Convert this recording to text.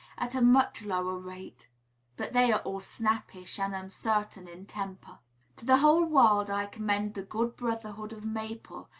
at a much lower rate but they are all snappish and uncertain in temper. to the whole world i commend the good brotherhood of maple,